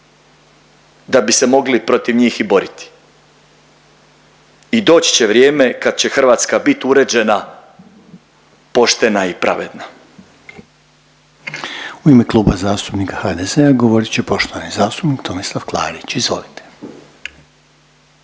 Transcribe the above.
da bi se mogli protiv njih i boriti. I doći će vrijeme kad će Hrvatska bit uređena, poštena i pravedna.